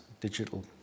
digital